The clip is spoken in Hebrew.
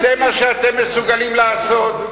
כי זה מה שאתם מסוגלים לעשות.